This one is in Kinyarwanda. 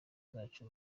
zacu